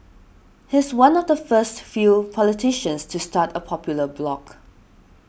he's one of the first few politicians to start a popular blog